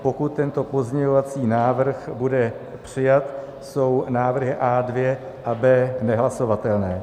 Pokud tento pozměňovací návrh bude přijat, jsou návrhy A2 a B nehlasovatelné.